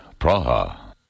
Praha